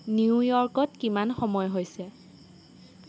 নিউয়ৰ্কত কিমান সময় হৈছে